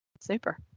super